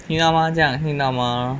听得到吗这样听得到吗